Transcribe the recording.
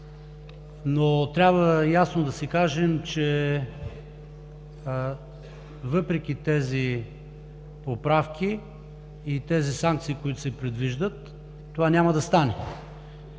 Трябва ясно да си кажем, че въпреки тези поправки –санкциите, които се предвиждат, това няма да стане.